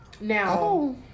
Now